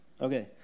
Okay